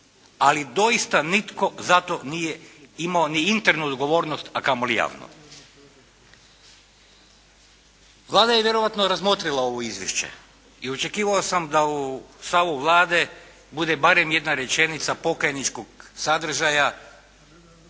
ali doista nitko za to nije imao ni internu odgovornost, a kamoli javnu. Vlada je vjerojatno razmotrila ovo izvješće i očekivao sam da u stavu Vlade bude barem jedna rečenica pokajničkog sadržaja